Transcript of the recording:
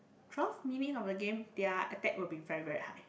twelve minutes of the game their attack will be very very high